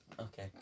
Okay